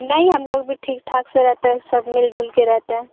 نہیں ہم لوگ بھی ٹھیک ٹھاک سے رہتے ہیں سب مل جل کے رہتے ہیں